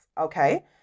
okay